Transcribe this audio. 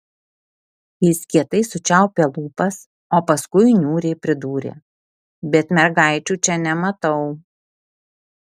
jis kietai sučiaupė lūpas o paskui niūriai pridūrė bet mergaičių čia nematau